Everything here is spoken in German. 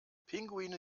pinguine